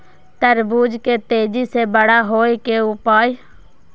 तरबूज के तेजी से बड़ा होय के उपाय?